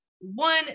one